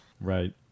Right